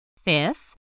Fifth